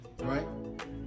right